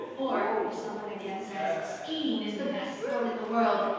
or if someone again says, skiing is the best sport in the world,